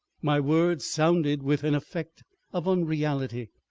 my words sounded with an effect of unreality.